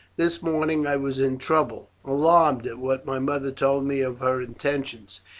this morning i was in trouble, alarmed at what my mother told me of her intentions,